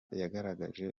yagaragaje